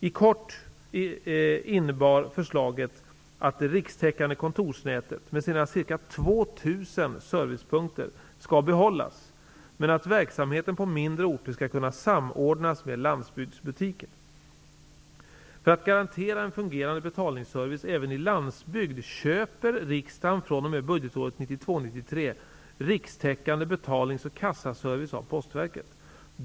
I kort innebar förslaget att det rikstäckande kontorsnätet med sina ca 2 000 servicepunkter skall behållas, men att verksamheten på mindre orter skall kunna samordnas med landsbygdsbutiker. För att garantera en fungerande betalningsservice även i landsbygd köper riksdagen fr.o.m. budgetåret 1992/93 rikstäckande betalnings och kassaservice av Postverket.